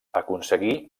aconseguí